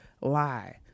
lie